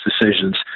decisions